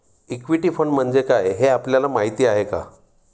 Equity fund म्हणजे काय, हे आपल्याला माहीत आहे का?